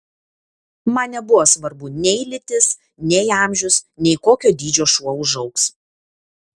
man nebuvo svarbu nei lytis nei amžius nei kokio dydžio šuo užaugs